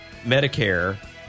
Medicare